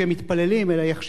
אלא ייחשבו שהם רק מדברים.